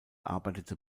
arbeitete